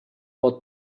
pot